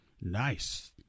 Nice